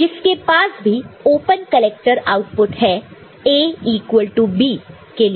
जिसके पास भी ओपन कलेक्टर आउटपुट है A इक्वल टू B के लिए